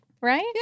right